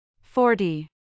Forty